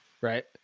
Right